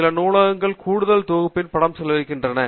எனவே சில நூலகங்கள் கூடுதல் தொகுப்பில் பணம் செலவழிக்கின்றன